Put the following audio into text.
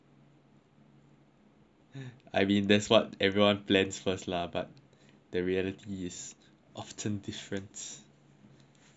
I mean that's what everyone plans first lah but the reality is often different